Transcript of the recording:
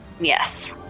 Yes